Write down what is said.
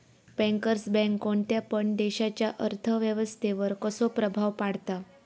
Bankers bank कोणत्या पण देशाच्या अर्थ व्यवस्थेवर कसो प्रभाव पाडता?